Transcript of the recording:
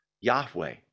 Yahweh